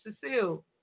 Cecile